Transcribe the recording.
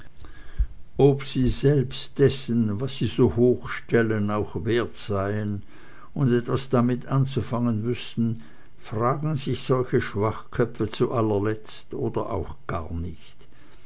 ob sie selbst dessen was sie so hochstellen auch wert seien und etwas damit anzufangen wüßten fragen sich solche schwachköpfe zu allerletzt oder auch gar nicht